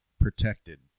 protected